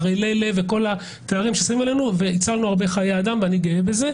ערלי לב וכל התארים ששמים עלינו והצלנו הרבה חיי אדם ואני גאה בזה.